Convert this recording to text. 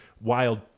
wild-